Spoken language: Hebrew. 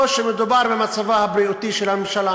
או שמדובר במצבה הבריאותי של הממשלה,